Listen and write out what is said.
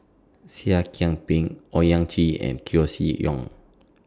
Seah I Kian Peng Owyang Chi and Koeh Sia Yong